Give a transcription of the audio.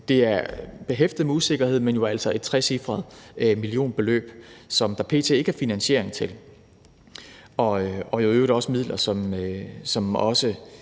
Det er behæftet med usikkerhed, men jo altså et trecifret millionbeløb, som der p.t. ikke er finansiering til, og i øvrigt også midler, som også